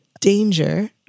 danger